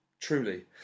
Truly